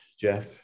Jeff